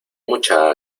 mucha